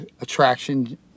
attraction